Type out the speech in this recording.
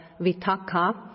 vitaka